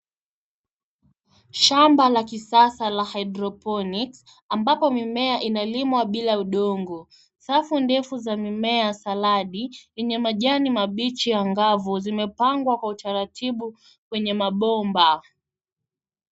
Shamba la kisasa cha haidroponiki ambapo mimea inalimwa bila udongo. Safu ndefu za mimea ya saladi yenye majani mabichi angavu zimepangwa kwa utaratibu kwenye mabomba.